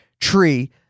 tree